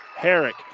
Herrick